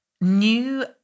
new